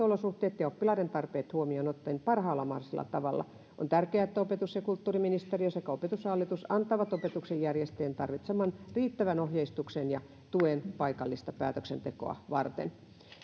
olosuhteet ja oppilaiden tarpeet huomioon ottaen parhaalla mahdollisella tavalla on tärkeää että opetus ja kulttuuriministeriö sekä opetushallitus antavat opetuksen järjestäjien tarvitseman riittävän ohjeistuksen ja tuen paikallista päätöksentekoa varten